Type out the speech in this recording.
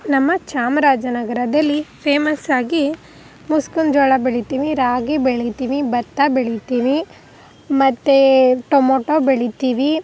ನಮ್ಮ ಚಾಮರಾಜ ನಗರದಲ್ಲಿ ಫೇಮಸ್ಸಾಗಿ ಮುಸ್ಕಿನ ಜೋಳ ಬೆಳಿತೀನಿ ರಾಗಿ ಬೆಳಿತೀನಿ ಭತ್ತ ಬೆಳಿತೀನಿ ಮತ್ತು ಟೊಮೋಟೊ ಬೆಳಿತೀವಿ